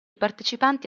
partecipanti